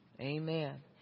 Amen